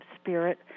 spirit